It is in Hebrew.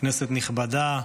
כנסת נכבדה,